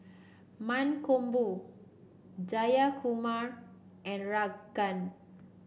Mankombu Jayakumar and Ranga